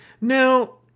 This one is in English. Now